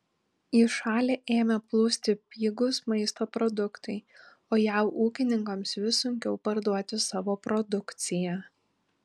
į šalį ėmė plūsti pigūs maisto produktai o jav ūkininkams vis sunkiau parduoti savo produkciją